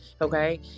okay